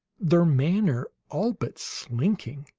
their manner all but slinking.